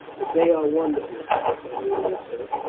but they are wonderful, beric, aemilia said.